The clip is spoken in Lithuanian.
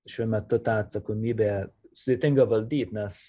šiuo metu tą atsakomybę sudėtinga valdyt nes